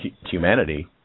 humanity